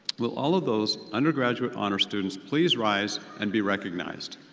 will all of those undergraduate honor students please rise and be recognized.